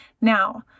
now